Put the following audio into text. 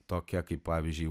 tokią kaip pavyzdžiui